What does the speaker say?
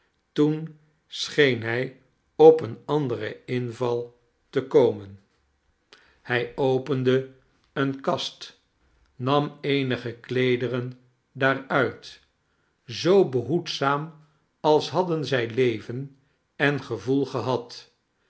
toen scheen hij op een anderen inval te komen hij opende eene kast nam eenige kleederen daaruit zoo behoedzaam als hadden zij leven en gevoel gehad